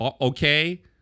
okay